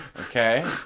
Okay